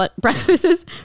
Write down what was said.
breakfasts